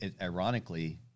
ironically